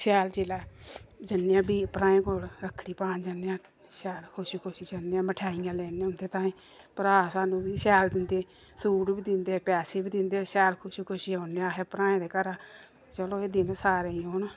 शैल जेल्लै जि'न्नें बी भ्राएं कोल रक्खड़ी पान जन्ने आं शैल खुशी खुशी जन्ने आं मिठाइयां लैने उं'दे ताहीं भ्राऽ सानूं बी शैल दिंदे सूट बी दिंदे पैसे बी दिंदे शैल खुशी खुशी औने आं अस भ्राएं दे घरा चलो एह् दिन सारें गी औन